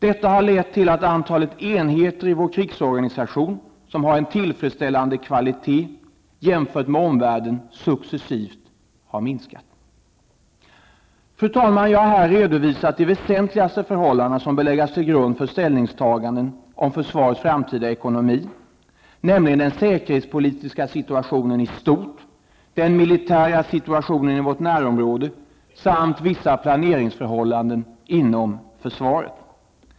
Detta har lett till att antalet enheter i vår krigsorganisation som har en tillfredsställande kvalitet jämfört med omvärlden successivt minskat. Jag har här redovisat de väsentligaste förhållanden som bör läggas till grund för ställningstaganden om försvarets framtida ekonomi, nämligen den säkerhetspolitiska situationen i stort, den militära situationen i vårt närområde, samt vissa planeringsförhållanden inom försvaret.